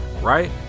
Right